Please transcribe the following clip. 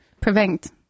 Prevent